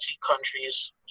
countries